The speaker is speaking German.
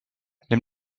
nimm